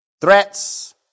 Threats